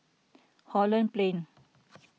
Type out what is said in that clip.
Holland Plain